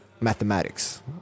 mathematics